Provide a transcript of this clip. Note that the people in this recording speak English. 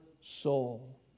soul